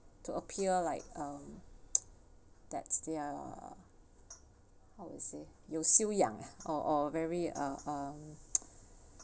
to appear like um that's their how to say you xiu yang or very uh um